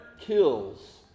kills